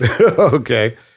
Okay